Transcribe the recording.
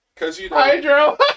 Hydro